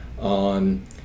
on